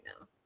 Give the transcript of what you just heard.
now